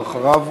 ואחריו,